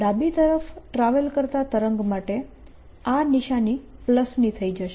ડાબી તરફ ટ્રાવેલ કરતા તરંગ માટે આ નિશાની ની થઈ જશે